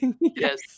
yes